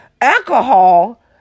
alcohol